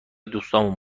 دوستامون